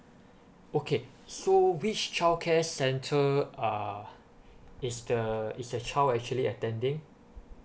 okay so which childcare center uh is the is the child actually attending